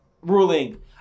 ruling